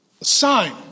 sign